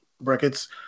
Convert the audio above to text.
brackets